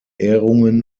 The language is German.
ehrungen